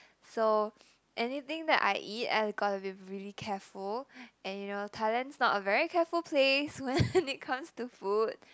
so anything that I eat I got to be really careful and you know Thailand's not a very careful place when it comes to food